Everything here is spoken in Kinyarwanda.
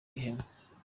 rehema